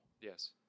Yes